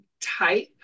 type